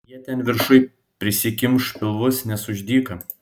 jie ten viršuj prisikimš pilvus nes už dyka